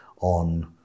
on